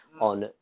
on